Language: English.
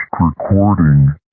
recording